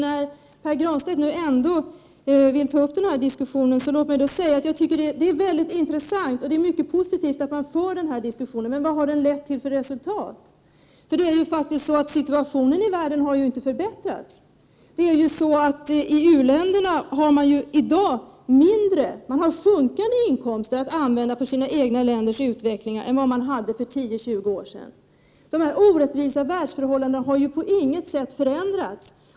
När Pär Granstedt ändå vill ta upp en debatt, vill jag säga att det är mycket intressant och positivt att denna diskussion förs — men vad har den lett till för resultat? Situationen i världen har ju inte förbättrats. U-länderna har i dag mindre inkomster att använda för sin egen utveckling än de hade för 10 20 år sedan. Dessa orättvisa världsförhållanden har på intet sätt förändrats.